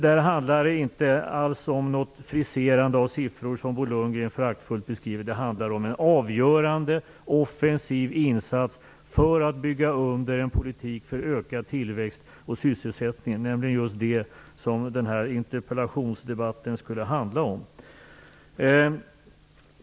Det handlar inte alls om något friserande av siffror, som Bo Lundgren så föraktfullt beskriver det, utan det handlar om en avgörande offensiv insats för att bygga under en politik för ökad tillväxt och sysselsättning, just det som den här interpellationsdebatten skulle handla om.